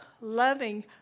loving